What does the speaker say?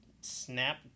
snap